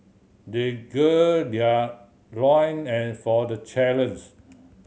they gird their loin for the